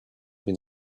been